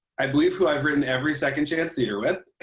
i believe, who i've written every second chance theater with.